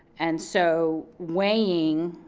and so weighing,